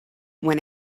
when